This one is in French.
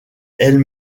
elle